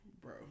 Bro